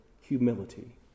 humility